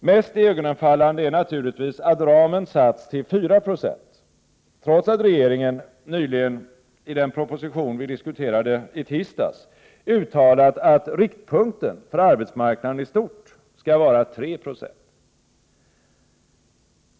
Mest iögonfallande är naturligtvis att ramen satts till 4 96, trots att regeringen nyligen i den proposition vi diskuterade i tisdags uttalade att riktpunkten för arbetsmarknaden i stort skall vara 3 96.